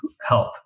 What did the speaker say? help